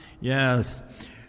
Yes